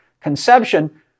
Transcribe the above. conception